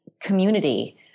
community